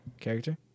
character